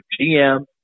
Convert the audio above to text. GM